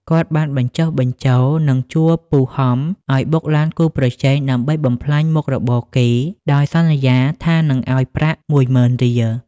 គាត់បានបញ្ចុះបញ្ចូល និងជួលពូហំឲ្យបុកឡានគូប្រជែងដើម្បីបំផ្លាញមុខរបរគេ ដោយសន្យាថានឹងឲ្យប្រាក់មួយម៉ឺនរៀល។